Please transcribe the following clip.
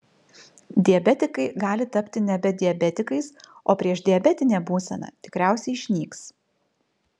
diabetikai gali tapti nebe diabetikais o priešdiabetinė būsena tikriausiai išnyks